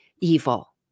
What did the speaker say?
evil